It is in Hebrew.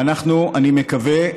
אני מקווה,